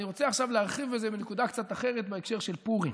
ואני רוצה עכשיו להרחיב בזה בנקודה קצת אחרת בהקשר של פורים.